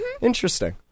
Interesting